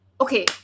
Okay